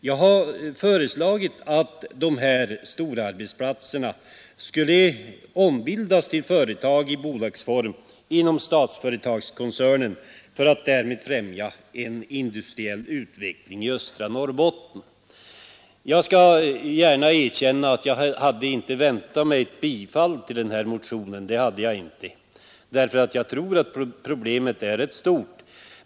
Dessa storarbetsplatser skulle enligt mitt förslag ombildas till företag i bolagsform inom Statsföretagskoncernen. Därmed skulle en industriell utveckling i östra Norrbotten främjas. Jag skall gärna erkänna att jag inte väntat mig bifall till den här motionen, för jag tror att problemet är rätt stort.